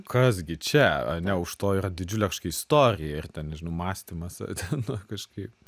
kas gi čia ane už to yra didžiulė kažkokia istorija ir ten nežinau mąstymas ten kažkaip